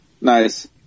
Nice